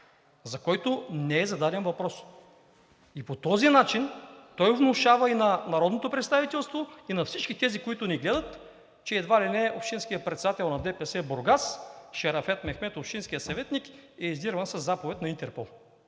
за когото не е зададен въпрос. И по този начин той внушава и на народното представителство, и на всички тези, които ни гледат, че едва ли не общинският председател на ДПС – Бургас, Шерафет Мехмед – общинският съветник е издирван със заповед на Интерпол.